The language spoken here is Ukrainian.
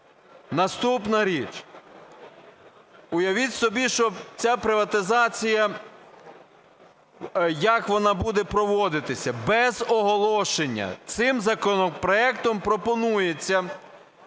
Наступна річ. Уявіть собі, що ця приватизація, як вона буде проводитися: без оголошення. Цим законопроектом пропонується